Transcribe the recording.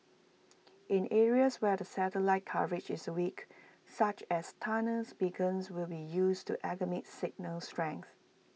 in areas where the satellite coverage is weak such as tunnels beacons will be used to augment signal strength